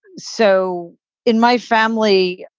so in my family,